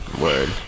Word